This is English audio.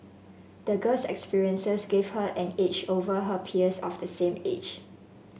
the girl's experiences gave her an edge over her peers of the same age